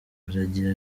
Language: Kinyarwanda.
aragira